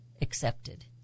accepted